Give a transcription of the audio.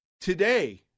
Today